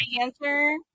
answer